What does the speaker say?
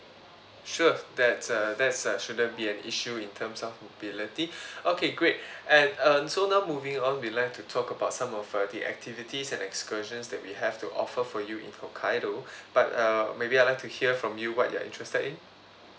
sure that's uh that's uh shouldn't be an issue in terms of mobility okay great and um so now moving on we left to talk about some of uh the activities and excursions that we have to offer for you in hokkaido but uh maybe I'd like to hear from you what you're interested in